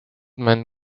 man